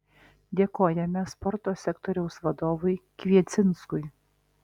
dėkojame sporto sektoriaus vadovui kviecinskui